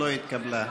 לא התקבלה.